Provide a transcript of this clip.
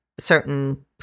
certain